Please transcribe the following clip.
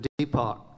Deepak